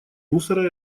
мусора